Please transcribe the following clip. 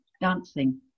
dancing